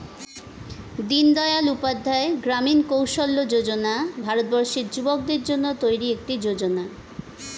দিনদয়াল উপাধ্যায় গ্রামীণ কৌশল্য যোজনা ভারতবর্ষের যুবকদের জন্য তৈরি একটি যোজনা